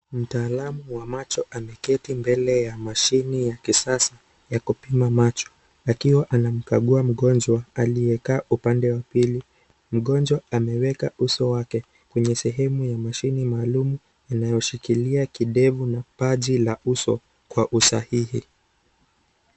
Mtaalamu wa macho ameketi mbele ya mashini ya kisasa ya kupima macho akiwa anamkabia mgonjwa aliyakaa upande wa pili. Mgonjwa ameweka uso wake kwenye sehemu ya mashine maalumu inayoshikilia kidefu na upaji wa uso kwa usahihi.